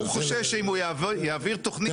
הוא חושש שאם הוא יעביר תוכנית אחת,